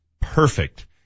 perfect